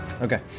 okay